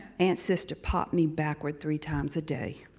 aunt sister popped me backward three times a day.